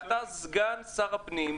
אתה סגן שר הפנים.